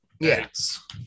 Yes